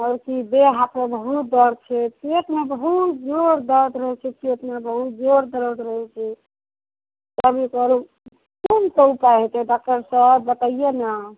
हर चीज देह हाथमे बहुत दरद छै पेटमे बहुत जोर दरद रहै छै पेटमे बहुत जोर दरद रहै छै एकर कोन सा उपाय हेतै डॉकटर सहैब बतैए ने